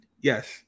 Yes